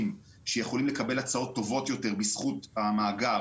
שיכולים לקבל הצעות טובות יותר בזכות המאגר